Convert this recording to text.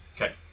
Okay